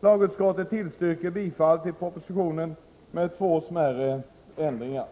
Lagutskottet tillstyrker bifall till propositionen med två smärre ändringar.